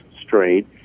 straight